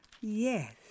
Yes